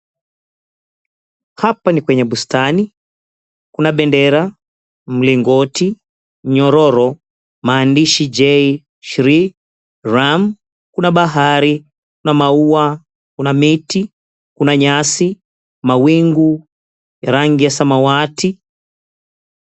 Hapa ni kwenye bustani. Kuna bendera, mlingoti, nyororo, maandishi, "J Shree Ram", 𝑘una bahari, kuna maua, kuna miti, kuna nyasi, mawingu rangi ya samawati.